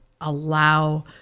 allow